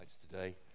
today